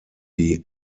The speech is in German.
die